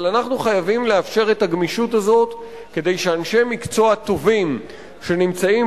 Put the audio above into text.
אבל אנחנו חייבים לאפשר את הגמישות הזאת כדי שאנשי מקצוע טובים שנמצאים